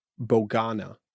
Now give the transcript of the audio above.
Bogana